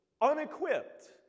unequipped